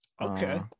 okay